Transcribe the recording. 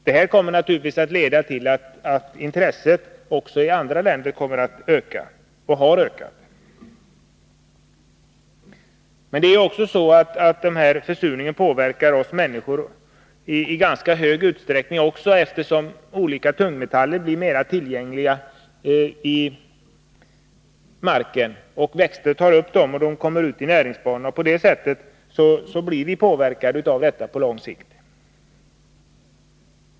Detta kommer naturligtvis att leda till att intresset också i andra länder ökar och har ökat. Det är också så att försurningen påverkar oss människor i ganska stor utsträckning, eftersom olika tungmetaller blir mer tillgängliga i marken. Växterna tar upp dessa och de går ut i näringsbanorna. På det sättet blir vi på lång sikt påverkade av detta.